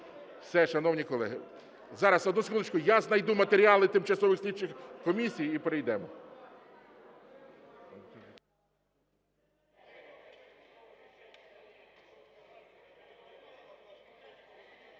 Все, шановні колеги. Зараз, одну секундочку, я знайду матеріали тимчасових слідчих комісій і перейдемо.